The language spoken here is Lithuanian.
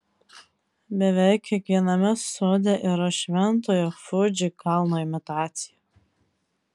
beveik kiekviename sode yra šventojo fuji kalno imitacija